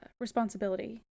responsibility